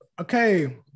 Okay